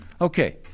Okay